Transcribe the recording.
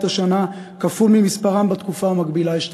השנה כפול ממספרם בתקופה המקבילה אשתקד.